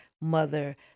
mother